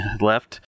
Left